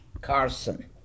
Carson